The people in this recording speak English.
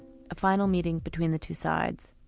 a final meeting between the two sides.